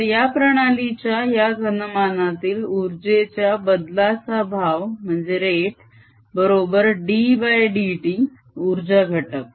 तर या प्रणालीच्या या घनमानातील उर्जेच्या बदलाचा भाव रेट बरोबर ddt उर्जा घटक